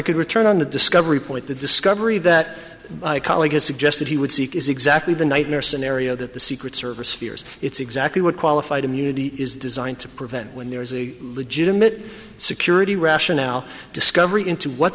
could return on the discovery point the discovery that i colleague has suggested he would seek is exactly the nightmare scenario that the secret service fears it's exactly what qualified immunity is designed to prevent when there is a legitimate security rationale discovery into what